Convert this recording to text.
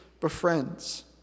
befriends